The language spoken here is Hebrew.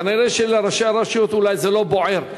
כנראה לראשי הרשויות זה לא בוער,